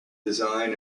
design